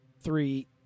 three